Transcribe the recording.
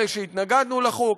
אלה שהתנגדו לחוק,